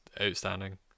outstanding